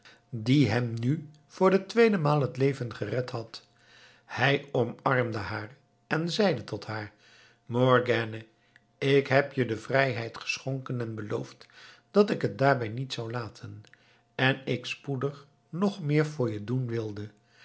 die hem nu voor de tweede maal het leven gered had hij omarmde haar en zeide tot haar morgiane ik heb je de vrijheid geschonken en beloofd dat ik het daarbij niet zou laten en ik spoedig nog meer voor je doen wilde